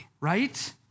right